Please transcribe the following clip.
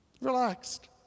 Relaxed